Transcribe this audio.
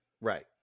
Right